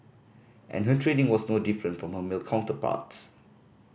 and her training was no different from her male counterparts